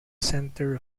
center